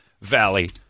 Valley